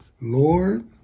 Lord